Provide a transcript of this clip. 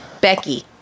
Becky